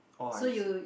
oh I see